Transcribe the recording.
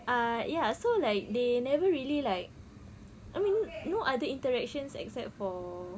err yah so like they never really like I mean no other interactions except for